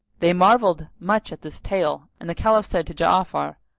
they marvelled much at this tale and the caliph said to ja'afar,